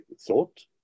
thought